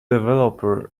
developer